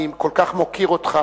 אני כל כך מוקיר אותך,